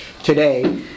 Today